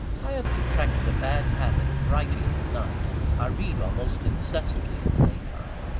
i have contracted a bad habit of writing at night i read almost incessantly in the day time.